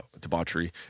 debauchery